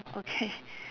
okay